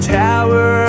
tower